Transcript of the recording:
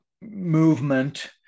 movement